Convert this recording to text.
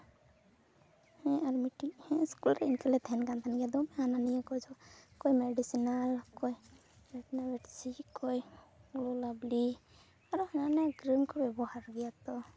ᱦᱮᱸ ᱟᱨ ᱢᱤᱫᱴᱤᱡ ᱦᱮᱸ ᱤᱥᱠᱩᱞ ᱨᱮ ᱤᱱᱠᱟᱹᱞᱮ ᱛᱟᱦᱮᱱ ᱠᱟᱱ ᱛᱟᱦᱮᱱ ᱜᱮᱭᱟ ᱫᱚᱢᱮ ᱦᱟᱱᱟ ᱱᱤᱭᱟᱹ ᱠᱚ ᱚᱡᱚᱜᱟ ᱚᱠᱚᱭ ᱢᱮᱰᱤᱥᱮᱱᱟᱞ ᱚᱠᱚᱭ ᱵᱷᱤᱴᱱᱟᱵᱷᱤᱴ ᱥᱤ ᱚᱠᱚᱭ ᱵᱞᱩᱞᱟᱵᱞᱤ ᱟᱨᱚ ᱦᱟᱱᱟ ᱱᱤᱭᱟᱹ ᱠᱨᱤᱢ ᱠᱚ ᱵᱮᱵᱚᱦᱟᱨ ᱜᱮᱭᱟ ᱛᱚ